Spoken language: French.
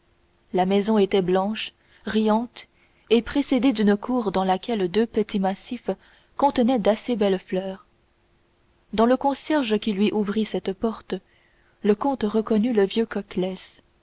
la maison était blanche riante et précédée d'une cour dans laquelle deux petits massifs contenaient d'assez belles fleurs dans le concierge qui lui ouvrit cette porte le comte reconnut le vieux